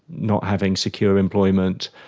not having secure employment,